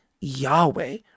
Yahweh